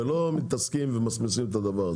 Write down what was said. ולא מתעסקים וממסמסים את הדבר הזה.